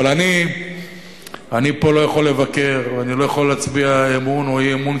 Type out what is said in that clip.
אבל אני פה לא יכול לבקר ולא יכול להצביע אמון או אי-אמון,